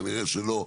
כנראה שלא,